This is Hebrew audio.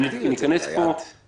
להתכנס פה